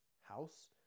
house